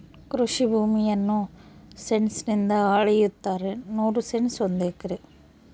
ಕೃಷಿ ಭೂಮಿಯನ್ನು ಸೆಂಟ್ಸ್ ನಿಂದ ಅಳೆಯುತ್ತಾರೆ ನೂರು ಸೆಂಟ್ಸ್ ಒಂದು ಎಕರೆ